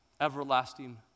everlasting